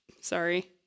Sorry